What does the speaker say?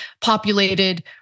populated